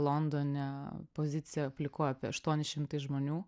londone poziciją aplikuoja apie aštuoni šimtai žmonių